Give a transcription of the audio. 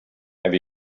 have